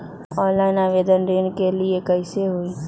Online आवेदन ऋन के लिए कैसे हुई?